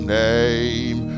name